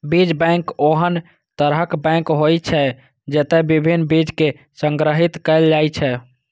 बीज बैंक ओहन तरहक बैंक होइ छै, जतय विभिन्न बीज कें संग्रहीत कैल जाइ छै